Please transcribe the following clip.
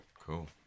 cool